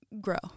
grow